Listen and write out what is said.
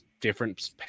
different